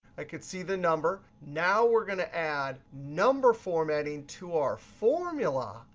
i can see the number. now we're going to add number formatting to our formula.